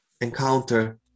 encounter